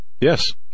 yes